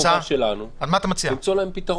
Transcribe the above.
החובה שלנו היא למצוא להם פתרון.